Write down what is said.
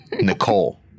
Nicole